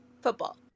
Football